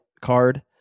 card